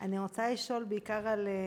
אני רוצה לשאול בעיקר על מניעה,